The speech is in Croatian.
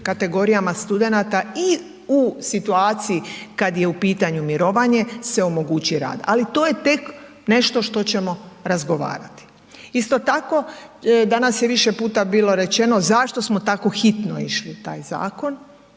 kategorijama studenata i u situaciji kad je u pitanju mirovanje se omogući rad. Ali to je tek nešto što ćemo razgovarati. Isto tako, danas je više puta bilo rečeno zašto smo tako hitno išli u taj zakon